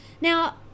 Now